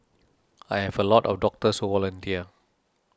I have a lot of doctors who volunteer